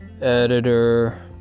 Editor